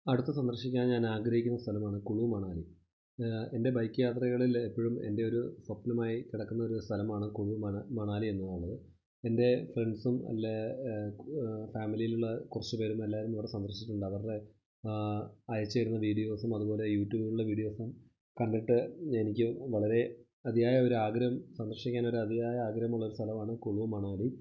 അടുത്തത് സന്ദര്ശിക്കാന് ഞാന് ആഗ്രഹിക്കുന്ന സ്ഥലമാണ് കുളു മണാലി എന്റെ ബൈക്ക് യാത്രകളിൽ എപ്പോഴും എന്റെ ഒരു സ്വപ്നമായി കിടക്കുന്ന ഒരു സ്ഥലമാണ് കുളു മണാലി എന്നതാണ് എന്റെ ഫ്രണ്ട്സും അല്ലേ ഫാമിലിയിലുള്ള കുറച്ചു പേരും എല്ലാവരും ഇവിടെ സന്ദര്ശിച്ചിട്ടുണ്ട് അവരുടെ അയച്ചു തരുന്ന വീഡിയോസും അതുപോലെ യൂറ്റൂബുകളിലെ വീഡിയോസും കണ്ടിട്ട് എനിക്ക് വളരെ അതിയായ ഒരു ആഗ്രഹം സന്ദര്ശിക്കാൻ ഒരു അതിയായ ആഗ്രഹമുള്ള ഒരു സ്ഥലമാണ് കുളു മണാലി